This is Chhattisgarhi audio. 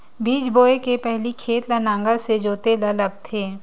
बीज बोय के पहिली खेत ल नांगर से जोतेल लगथे?